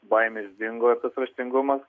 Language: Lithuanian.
baimės dingo raštingumas